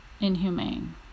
inhumane